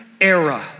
era